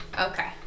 Okay